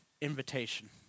invitation